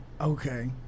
Okay